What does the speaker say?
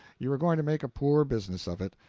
you are going to make a poor business of it,